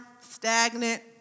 stagnant